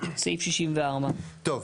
סעיף 64. טוב.